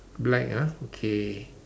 black ah okay